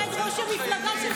עומד ראש המפלגה שלך, לא רואה סוף.